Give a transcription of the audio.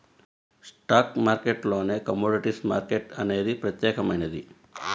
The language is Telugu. స్టాక్ మార్కెట్టులోనే కమోడిటీస్ మార్కెట్ అనేది ప్రత్యేకమైనది